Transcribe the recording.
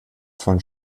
von